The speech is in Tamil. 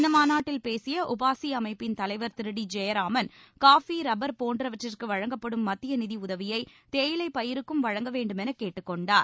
இந்த மாநாட்டில் பேசிய உபாசி அமைப்பின் தலவர் Thiru T Jebaraman coffee rubber போன்றவற்றுக்கு வழங்கப்படும் மத்திய நிதி உதவியை தேயிலைப் பயிருக்கும் வழங்க வேண்டுமென கேட்டுக் கொண்டார்